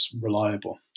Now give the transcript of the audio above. reliable